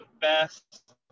best